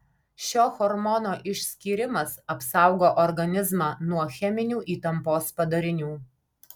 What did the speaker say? šio hormono išskyrimas apsaugo organizmą nuo cheminių įtampos padarinių